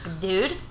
dude